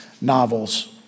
novels